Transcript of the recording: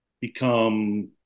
become